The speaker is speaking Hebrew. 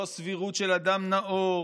לא סבירות של אדם נאור,